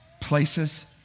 places